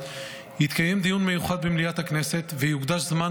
יתקיים דיון מיוחד במליאת הכנסת ויוקדש זמן